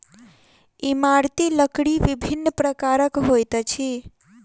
इमारती लकड़ी विभिन्न प्रकारक होइत अछि